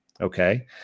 Okay